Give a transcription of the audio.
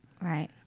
Right